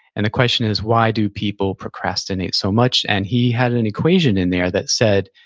and the question is, why do people procrastinate so much? and he had an equation in there that said,